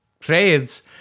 trades